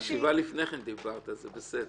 בישיבה לפני כן דיברת, אז זה בסדר.